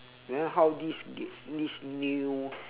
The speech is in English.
then how this this this new